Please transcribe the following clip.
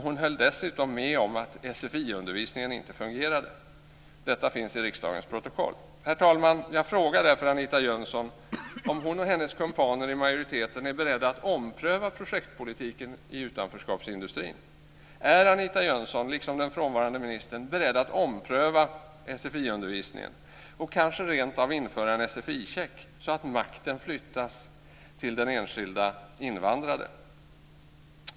Hon höll dessutom med om att sfi-undervisningen inte fungerade. Detta finns i riksdagens protokoll. Herr talman! Jag frågar därför Anita Jönsson om hon och hennes kumpaner i majoriteten är beredda att ompröva projektpolitiken i utanförskapsindustrin. Är Anita Jönsson liksom den frånvarande ministern beredd att ompröva sfi-undervisningen och kanske rent av införa en sfi-check, så att makten flyttas till den enskilda invandrade?